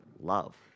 Love